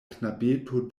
knabeto